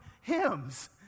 hymns